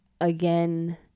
Again